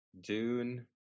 dune